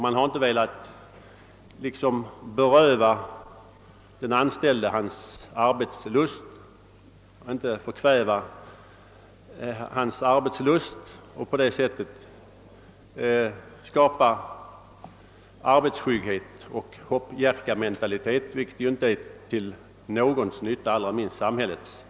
Man har inte velat beröva den anställde hans arbetslust och på det sättet skapa arbetsskygghet och hoppjerkamentalitet, vilket inte är till någons och allra minst samhällets nytta.